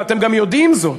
ואתם גם יודעים זאת.